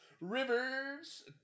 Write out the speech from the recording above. Rivers